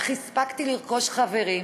אך הספקתי לרכוש חברים.